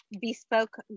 Bespoke